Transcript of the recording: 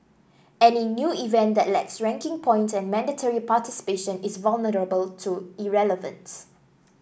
any new event that lacks ranking points and mandatory participation is vulnerable to irrelevance